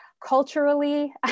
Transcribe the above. culturally